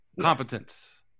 Competence